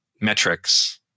metrics